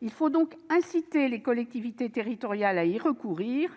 il faut donc inciter les collectivités territoriales à y recourir